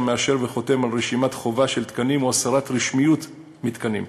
והוא מאשר וחותם על רשימת חובה של תקנים או הסרת רשמיות מתקנים.